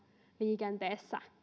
liikenteessä